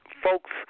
Folks